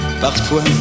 Parfois